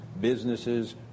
businesses